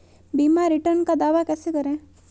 बीमा रिटर्न का दावा कैसे करें?